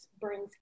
brings